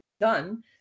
done